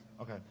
Okay